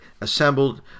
assembled